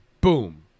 boom